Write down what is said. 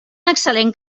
excel·lent